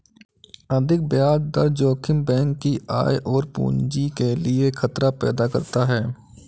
अत्यधिक ब्याज दर जोखिम बैंक की आय और पूंजी के लिए खतरा पैदा करता है